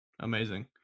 Amazing